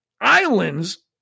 islands